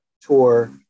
tour